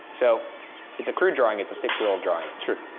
so it's a crude drawing, it's a six-year-old's drawing. sure.